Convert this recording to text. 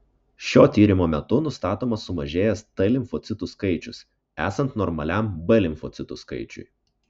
šio tyrimo metu nustatomas sumažėjęs t limfocitų skaičius esant normaliam b limfocitų skaičiui